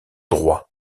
droit